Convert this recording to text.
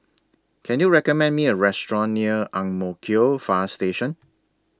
Can YOU recommend Me A Restaurant near Ang Mo Kio Far Station